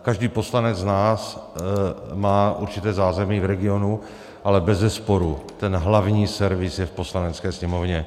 Každý poslanec z nás má určité zázemí v regionu, ale bezesporu ten hlavní servis je v Poslanecké sněmovně.